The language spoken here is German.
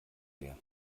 leer